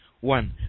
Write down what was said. One